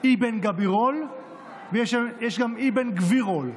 Ibn Gabirol ויש גם Ibn Gvirol,